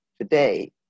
today